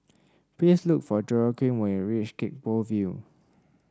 please look for Joaquin when you reach Gek Poh Ville